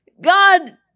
God